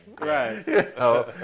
Right